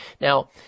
Now